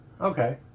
Okay